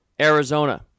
Arizona